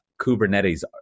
Kubernetes